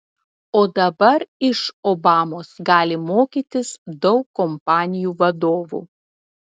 o dabar iš obamos gali mokytis daug kompanijų vadovų